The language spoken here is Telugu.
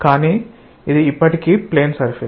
కానీ ఇది ఇప్పటికీ ప్లేన్ సర్ఫేస్